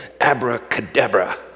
abracadabra